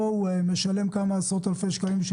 שבו הוא משלם כמה עשרות אלפי שקלים כדי